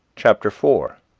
chapter four.